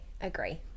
agree